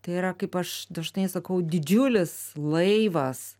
tai yra kaip aš dažnai sakau didžiulis laivas